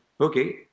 okay